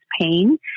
pain